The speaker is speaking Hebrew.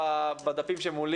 קיבלו 7,400?